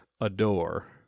adore